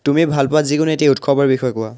তুমি ভালপোৱা যিকোনো এটি উৎসৱৰ বিষয়ে কোৱা